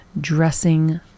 Dressing